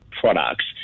products